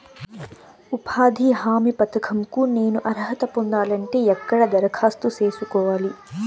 ఉపాధి హామీ పథకం కు నేను అర్హత పొందాలంటే ఎక్కడ దరఖాస్తు సేసుకోవాలి?